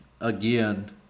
again